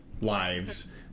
lives